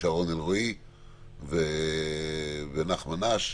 שרון אלרעי ונחמן אש.